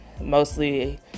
Mostly